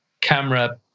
camera